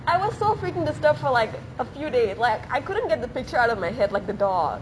I was so freaking disturbed for like a few days like I couldn't get the picture out of my head like the dog